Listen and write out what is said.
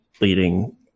leading